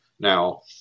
Now